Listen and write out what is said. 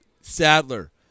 Sadler